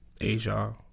Asia